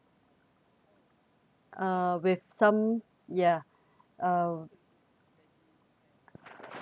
uh with some ya uh